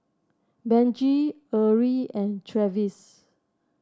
Benji Erie and Travis